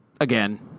again